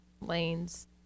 lanes